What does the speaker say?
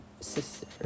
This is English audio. sister